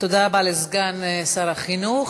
תודה רבה לסגן שר החינוך.